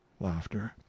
Laughter